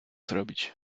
zrobić